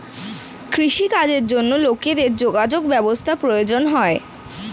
কৃষি কাজের জন্য লোকেদের যোগাযোগ ব্যবস্থার প্রয়োজন হয়